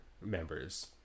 members